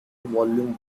volume